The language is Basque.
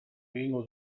egingo